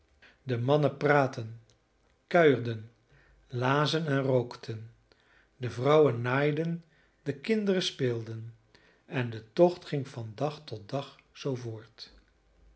de mannen praatten kuierden lazen en rookten de vrouwen naaiden de kinderen speelden en de tocht ging van dag tot dag zoo voort